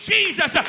Jesus